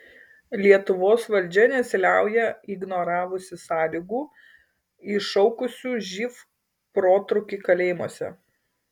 lietuvos valdžia nesiliauja ignoravusi sąlygų iššaukusių živ protrūkį kalėjimuose